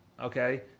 Okay